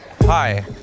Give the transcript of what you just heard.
Hi